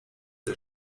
der